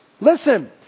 Listen